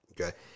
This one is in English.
okay